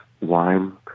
wine